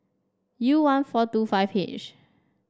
U one four two five H